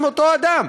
עם אותו אדם,